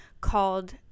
called